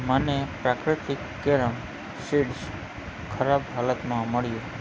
મને પ્રાકૃતિક carom seeds ખરાબ હાલતમાં મળ્યું